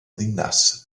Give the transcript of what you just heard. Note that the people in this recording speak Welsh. ddinas